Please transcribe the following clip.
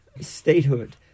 statehood